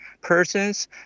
persons